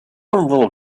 little